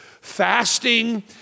fasting